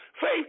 Faith